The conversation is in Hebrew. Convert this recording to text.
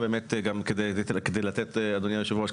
אדוני היושב-ראש,